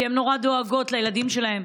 כי הן נורא דואגות לילדים שלהן,